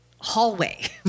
hallway